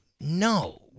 No